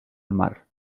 mar